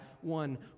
one